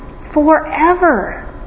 forever